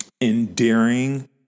endearing